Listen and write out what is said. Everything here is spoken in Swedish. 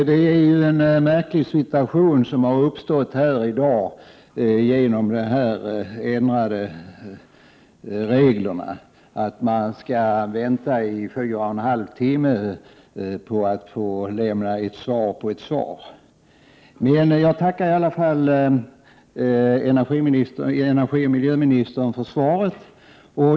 Herr talman! Det är en märklig situation som har uppstått här i dag genom de ändrade reglerna, nämligen att man skall vänta i fyra och en halv timme på att få ordet efter ett interpellationssvar. Jag tackar i alla fall miljöoch energiministern för svaret.